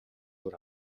өөр